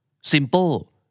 Simple